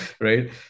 right